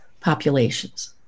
populations